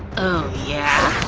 oh yeah?